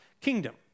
kingdom